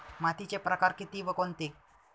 मातीचे प्रकार किती व कोणते?